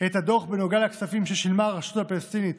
את הדוח בנוגע לכספים ששילמה הרשות הפלסטינית